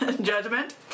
judgment